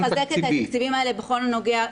צריך לחזק את התקציבים האלה בכל הנוגע,